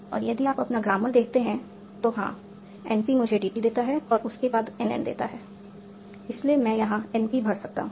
और यदि आप अपना ग्रामर देखते हैं तो हाँ NP मुझे DT देता है और उसके बाद NN देता है इसलिए मैं यहां NP भर सकता हूं